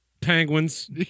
penguins